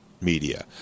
media